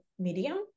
medium